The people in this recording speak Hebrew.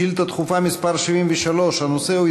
שאילתה דחופה מס' 73. הנושא הוא: